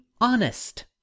honest